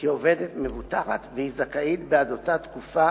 כעובדת מבוטחת, והיא זכאית בעד אותה תקופה